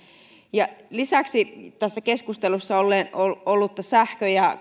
ja lisäksi tässä keskustelussa esillä ollutta sähkö ja